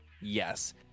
yes